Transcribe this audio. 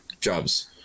jobs